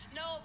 no